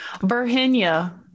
Virginia